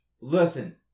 listen